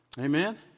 Amen